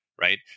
right